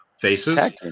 faces